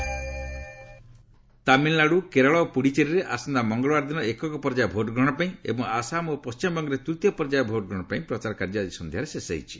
campaigning Tamil Nadu Kerala ଓ ପୁଡୁଚେରୀରେ ଆସନ୍ତା ମଙ୍ଗଳବାର ଦିନ ଏକକ ପର୍ଯ୍ୟାୟ ଭୋଟ୍ଗ୍ରହଣ ପାଇଁ ଏବଂ ଆସାମ ଓ ପଣ୍ଢିମବଙ୍ଗରେ ତୂତୀୟ ପର୍ଯ୍ୟାୟ ଭୋଟ୍ଗ୍ରହଣ ପାଇଁ ପ୍ରଚାର କାର୍ଯ୍ୟ ଆଜି ସନ୍ଧ୍ୟାରେ ଶେଷ ହୋଇଛି